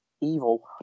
Evil